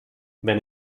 wenn